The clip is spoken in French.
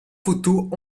photos